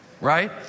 right